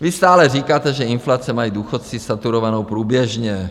Vy stále říkáte, že inflaci mají důchodci saturovanou průběžně.